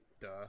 Duh